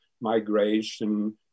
migration